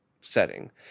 setting